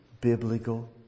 biblical